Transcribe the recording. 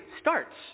starts